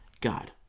God